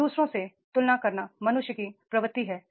दू सरों से तुलना करना मनुष्य की प्रवृत्ति है